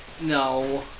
No